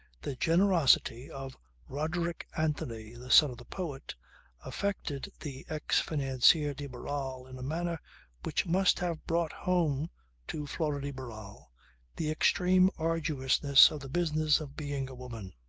the generosity of roderick anthony the son of the poet affected the ex-financier de barral in a manner which must have brought home to flora de barral the extreme arduousness of the business of being a woman.